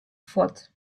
fuort